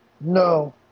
No